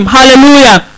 Hallelujah